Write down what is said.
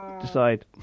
decide